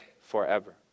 forever